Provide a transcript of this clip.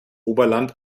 oberland